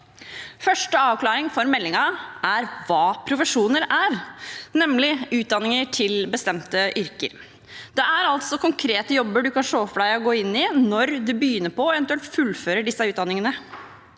Første avklaring for meldingen er hva profesjoner er, nemlig utdanninger til bestemte yrker. Det er altså konkrete jobber du kan se for deg å gå inn i når du begynner på, eventuelt fullfører, disse utdanningene.